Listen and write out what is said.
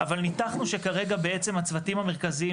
אבל ניתחנו שכרגע בעצם הצוותים המרכזיים